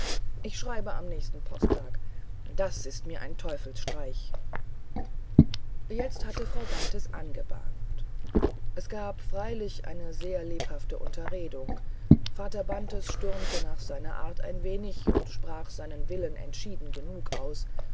ich schreibe mit nächstem posttag das sind mir teufelsstreiche jetzt hatte frau bantes angebahnt es gab freilich eine sehr lebhafte unterredung vater bantes stürmte nach seiner art ein wenig und sprach seinen willen entschieden genug aus